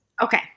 Okay